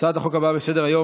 הצעת החוק הבאה בסדר-היום,